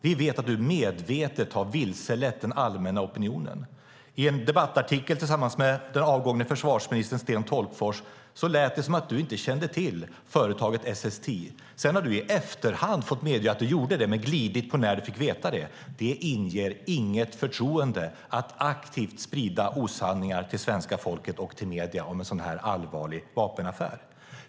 Vi vet att du medvetet har vilselett den allmänna opinionen. I en debattartikel av dig och den avgångne försvarsministern Sten Tolgfors lät det som att du inte kände till företaget SSTI. Sedan har du i efterhand fått medge att du gjorde det men glidit på när du fick veta det. Det inger inget förtroende att aktivt sprida osanningar till svenska folket och medierna om en sådan här allvarlig vapenaffär.